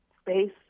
space